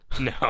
no